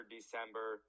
December